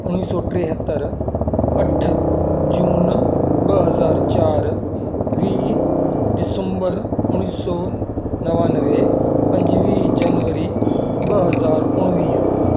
उणिवीह सौ टेहतरि अठ जून ॿ हज़ार चारि वीह डिसंबर उणिवीह सौ नवानवे पंजवीह जनवरी ॿ हजार उणिवीह